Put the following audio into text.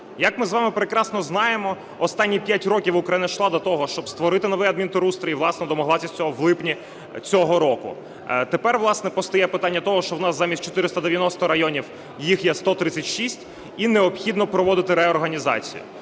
Як ми з вами прекрасно знаємо, останні п'ять років Україна йшла до того, щоб створити новий адмінтерустрій і, власне, домоглася цього в липні цього року. Тепер, власне, постає питання того, що в нас замість 490 районів їх є 136 і необхідно проводити реорганізацію.